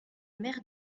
mère